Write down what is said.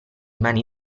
mani